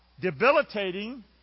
Debilitating